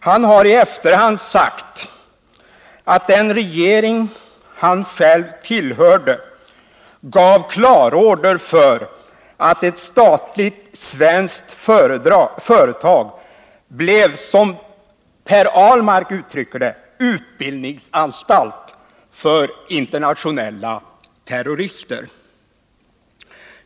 Han har i efterhand sagt att den regering han själv tillhörde gav klarorder för att ett statligt svenskt företag blev, som Per Ahlmark uttrycker det, utbildningsanstalt för internationella terrorister.